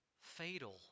fatal